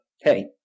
hey